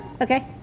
Okay